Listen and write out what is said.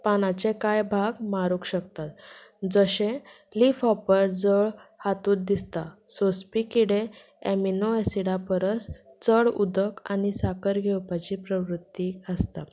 पानाचे कांय भाग मारूंक शकता जशें लीफ हॉपर जळ हातूंत दिसता सोंसपी किडे एमिनो एसिडा परस चड उदक आनी साकर घेवपाची प्रवृत्ती आसता